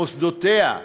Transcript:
מוסדותיה,